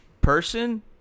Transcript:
person